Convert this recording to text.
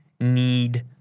need